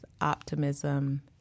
optimism